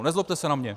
Nezlobte se na mě.